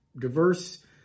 diverse